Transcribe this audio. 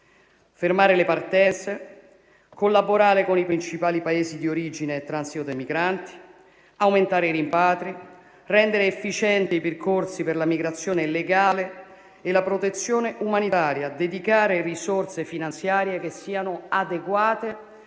Fermare le partenze, collaborare con i principali Paesi di origine e transito dei migranti, aumentare i rimpatri, rendere efficienti i percorsi per la migrazione legale e la protezione umanitaria, dedicare risorse finanziarie che siano adeguate